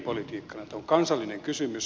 tämä on kansallinen kysymys